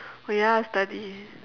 oh ya study